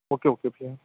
okay okay भैया